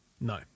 No